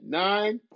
nine